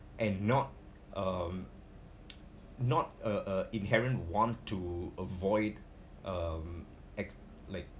and not um not a a inherent want to avoid um act like